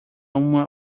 uma